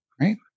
Right